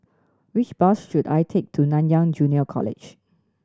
which bus should I take to Nanyang Junior College